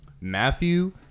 Matthew